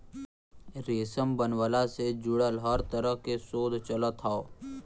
रेशम बनवला से जुड़ल हर तरह के शोध चलत हौ